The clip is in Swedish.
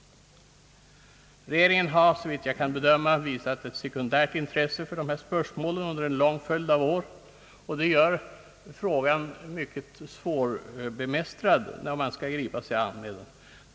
Regeringen har, såvitt jag kan bedöma, visat ett sekundärt intresse för dessa spörsmål under en lång följd av år, och det gör frågan mycket svårbemästrad när man skall gripa sig an med den.